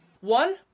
One